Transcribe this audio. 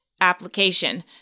application